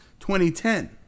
2010